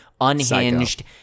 unhinged